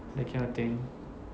that kind of thing